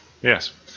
yes